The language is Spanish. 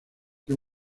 que